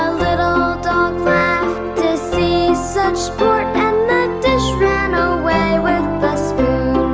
little dog laughed to see such sport and the dish ran away with the spoon